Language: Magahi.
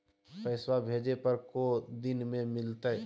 पैसवा भेजे पर को दिन मे मिलतय?